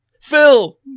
Phil